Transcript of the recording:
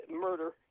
murder